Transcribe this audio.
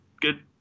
good